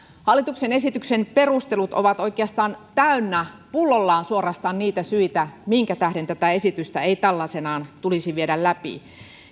hallituksen esityksen perustelut ovat oikeastaan täynnä pullollaan suorastaan niitä syitä minkä tähden tätä esitystä ei tällaisenaan tulisi viedä läpi